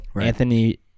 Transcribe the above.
Anthony